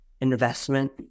investment